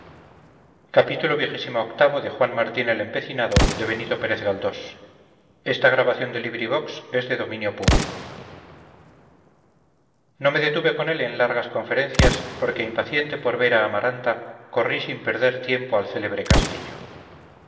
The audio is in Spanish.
el gran trijueque no me detuve con él en largas conferencias porque impaciente por ver a amaranta corrí sin perder tiempo al célebre castillo